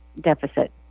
deficit